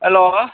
hello